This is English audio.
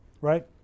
right